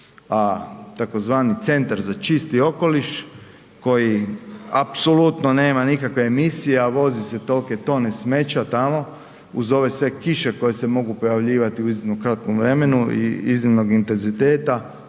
a tzv. centar za čisti okoliš koji apsolutno nema nikakve emisija, a voze se tolike tone smeća tamo uz ove sve kiše koje se mogu pojavljivati u iznimno kratkom vremenu i iznimnog intenziteta,